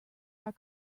are